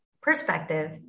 perspective